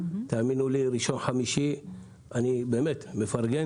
אני באמת מפרגן